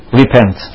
repent